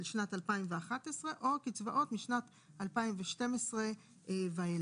שנת 2011 או קצבאות משנת 2012 ואילך.